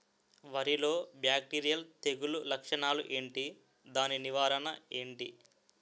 వరి లో బ్యాక్టీరియల్ తెగులు లక్షణాలు ఏంటి? దాని నివారణ ఏంటి?